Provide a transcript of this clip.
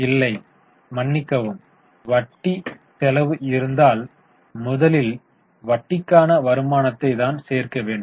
இல்லை மன்னிக்கவும் வட்டி செலவும் இருந்தால் முதலில் வட்டிக்கான வருமானத்தை தான் சேர்க்க வேண்டும்